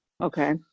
okay